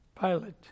Pilate